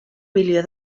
milió